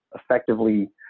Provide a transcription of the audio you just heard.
effectively